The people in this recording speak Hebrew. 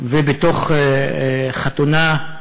ובתוך חתונה,